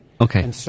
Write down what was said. Okay